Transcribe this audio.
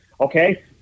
okay